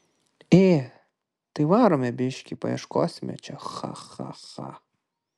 ė tai varome biškį paieškosime čia cha cha cha